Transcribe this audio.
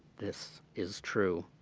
this is true.